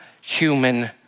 human